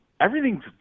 everything's